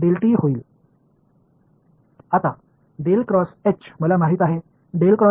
எனவே இந்த வெளிப்பாடு மைனஸ் ஆகிவிடும் வேறு என்ன